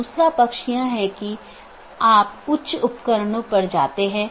यह पूरे मेश की आवश्यकता को हटा देता है और प्रबंधन क्षमता को कम कर देता है